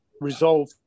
resolve